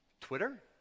Twitter